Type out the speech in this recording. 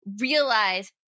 realize